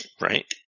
Right